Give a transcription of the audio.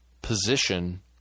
position